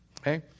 Okay